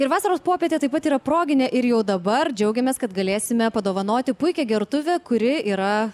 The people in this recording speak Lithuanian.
ir vasaros popietė taip pat yra proginė ir jau dabar džiaugiamės kad galėsime padovanoti puikią gertuvę kuri yra